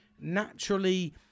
naturally